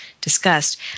discussed